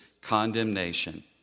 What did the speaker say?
condemnation